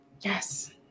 Yes